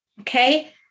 Okay